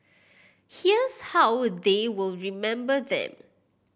here's how they will remember them